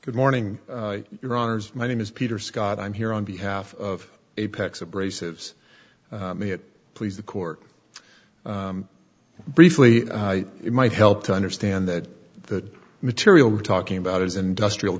good morning your honour's my name is peter scott i'm here on behalf of apex abrasives may it please the court briefly it might help to understand that the material we're talking about is industrial